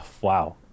Wow